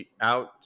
out